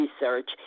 research